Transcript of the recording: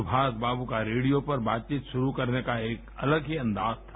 सुभाषबाव्र का रेडियो पर बातचीत शुरू करने का एक अलग ही अंदाज था